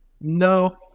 No